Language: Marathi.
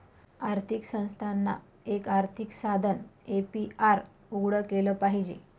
आर्थिक संस्थानांना, एक आर्थिक साधन ए.पी.आर उघडं केलं पाहिजे